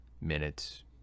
minutes